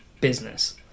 business